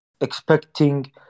expecting